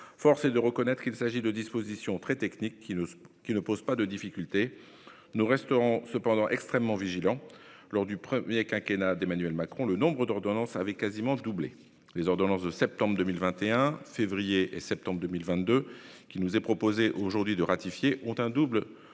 force est de reconnaître qu'il s'agit de dispositions très techniques, qui ne posent pas de difficultés. Nous resterons cependant extrêmement vigilants. Lors du premier quinquennat d'Emmanuel Macron, le nombre d'ordonnances avait quasiment doublé. Les ordonnances de septembre 2021, février et septembre 2022, qu'il nous est proposé aujourd'hui de ratifier, ont un double